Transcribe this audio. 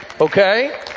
Okay